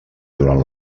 durant